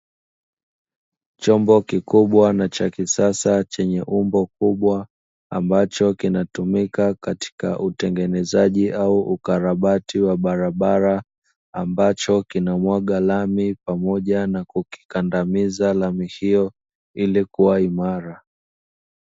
Chombo kikubwa na cha kisasa chenye umbo kubwa ambacho kinatumika katika utekelezaji au ukarabati wa barabara, ambacho kinamwaga lami pamoja na kukikandamiza lami hiyo ili kuwa imara.